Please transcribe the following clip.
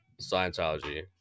Scientology